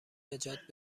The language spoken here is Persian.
نجات